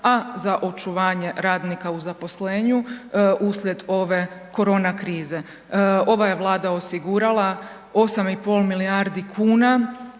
a za očuvanje radnika u zaposlenju uslijed ove korona krize. Ova je Vlada osigurala 8,5 milijardi kuna